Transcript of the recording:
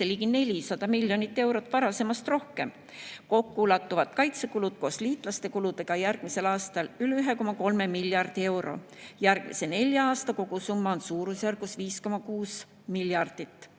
ligi 400 miljonit eurot varasemast rohkem. Kokku ulatuvad kaitsekulud koos liitlaste kuludega järgmisel aastal üle 1,3 miljardi euro. Järgmise nelja aasta kogusumma on suurusjärgus 5,6